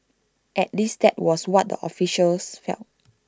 at least that was what the officials felt